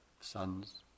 sons